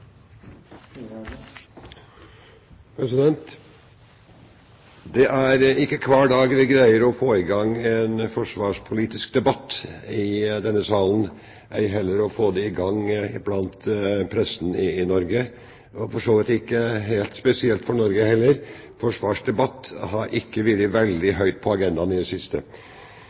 ikke hver dag vi greier å få i gang en forsvarspolitisk debatt i denne salen, ei heller blant pressen i Norge og for så vidt ikke helt spesielt for Norge heller – forsvarsdebatt har ikke vært veldig høyt på agendaen i det siste.